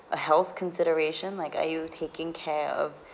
a health consideration like are you taking care of